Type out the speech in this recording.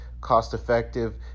cost-effective